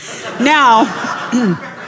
Now